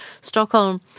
Stockholm